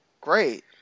great